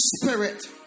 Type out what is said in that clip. spirit